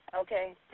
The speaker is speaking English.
Okay